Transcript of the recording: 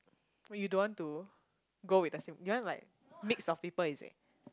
you don't want to go with the same you want like mix of people is it